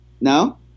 No